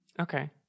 Okay